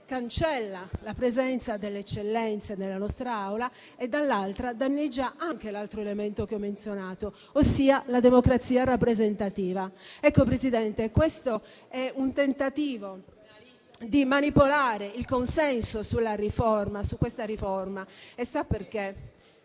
cancella la presenza delle eccellenze nella nostra Aula; dall'altra, danneggia anche l'altro elemento che ho menzionato, ossia la democrazia rappresentativa. Signor Presidente, questo è un tentativo di manipolare il consenso sulla riforma in esame. Sa perché?